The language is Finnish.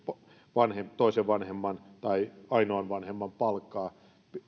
toisen vanhemman tai ainoan vanhemman palkkaa